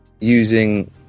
using